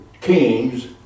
kings